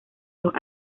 los